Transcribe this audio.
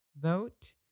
vote